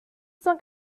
cent